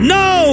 no